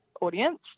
audience